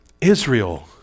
Israel